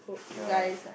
ya lah